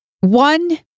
One